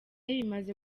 bimaze